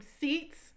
seats